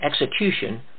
execution